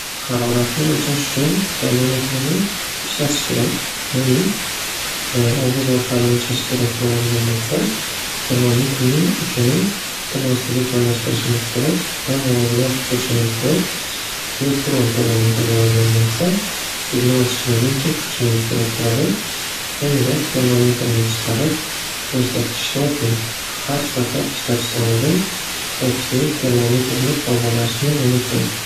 Haroratni o'lchash uchun termometrni ishlatish kerak ya'ni og'iz orqali o'lchash kerak bo'ladigan bo'lsa termometrning uchini til ostiga joylashtirishingiz kerak va og'izni yopib turishingiz kerak. Elektron termometr bo'ladigan bo'lsa signal chiqmaguncha kutishingiz kerak bo'ladi so'ngra termometrni chiqarib ko'rsatkichni o'qing xar safar ishlatishdan oldin va keyin termometrni tozalashni unutmang.